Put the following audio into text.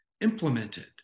implemented